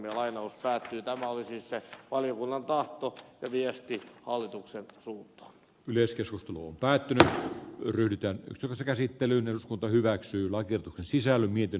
tämä oli siis se valiokunnan tahto ja viesti hallituksen suljettua yleiskeskusteluun päätti yrittää toisen käsittelyn eduskunta hyväksyy maan sisällä miten